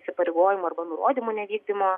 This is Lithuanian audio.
įsipareigojimų arba nurodymų nevykdymo